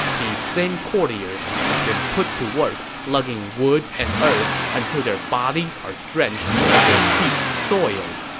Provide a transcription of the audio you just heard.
these same courtiers have been put to work lugging wood and earth until their bodies are drenched and their feet soiled.